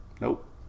Nope